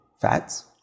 fats